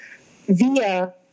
via